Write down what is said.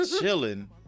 chilling